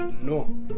No